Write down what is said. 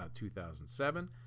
2007